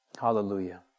Hallelujah